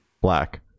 Black